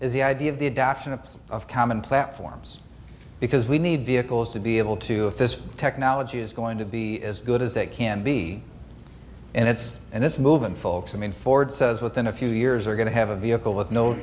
the idea of the adoption of of common platforms because we need vehicles to be able to if this technology is going to be as good as it can be and it's and it's moving folks i mean ford says within a few years are going to have a vehicle with no